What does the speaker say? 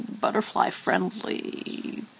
butterfly-friendly